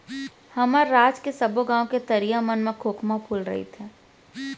हमर राज के सबो गॉंव के तरिया मन म खोखमा फूले रइथे